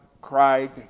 cried